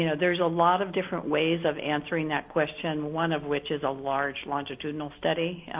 you know there is a lot of different ways of answering that question. one of which is a large longitudinal study.